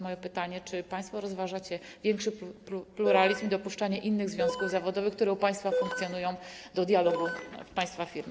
Moje pytanie: Czy państwo rozważacie większy pluralizm i dopuszczenie innych związków zawodowych, które u państwa funkcjonują, do dialogu w państwa firmie?